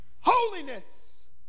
holiness